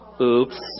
Oops